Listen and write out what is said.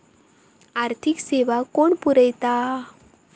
आर्थिक सेवा कोण पुरयता?